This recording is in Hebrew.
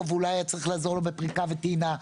ואולי היה צריך לעזור לו בפריקה וטעינה.